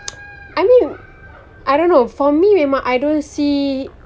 I mean I don't know for me memang I don't see